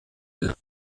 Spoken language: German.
wird